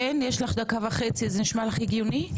אז יש לך דקה וחצי, זה נשמע לך הגיוני?